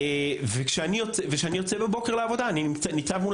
וכשאני יוצא בבוקר לעבודה אני ניצב מול